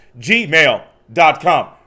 gmail.com